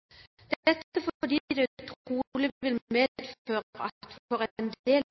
betales – dette fordi det trolig vil medføre at for en del